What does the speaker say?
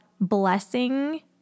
blessing